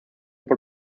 por